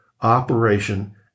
operation